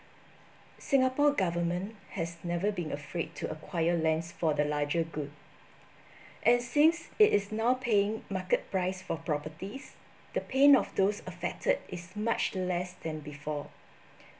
singapore government has never been afraid to acquire lands for the larger good and since it is now paying market price for properties the pain of those affected is much less than before